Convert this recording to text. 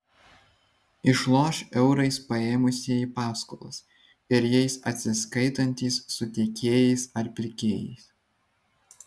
išloš eurais paėmusieji paskolas ir jais atsiskaitantys su tiekėjais ar pirkėjais